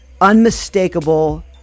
unmistakable